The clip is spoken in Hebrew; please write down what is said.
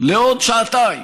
לעוד שעתיים.